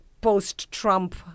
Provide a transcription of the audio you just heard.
post-Trump